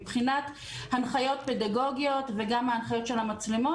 מבחינת הנחיות פדגוגיות וגם ההנחיות של המצלמות,